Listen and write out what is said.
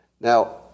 Now